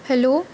hello